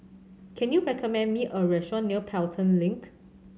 can you recommend me a restaurant near Pelton Link